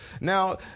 Now